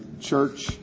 church